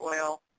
oil